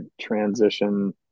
transition